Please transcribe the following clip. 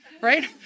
right